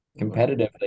competitively